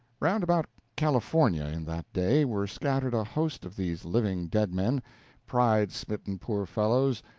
round about california in that day were scattered a host of these living dead men pride-smitten poor fellows,